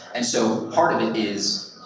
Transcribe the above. and so part of it is,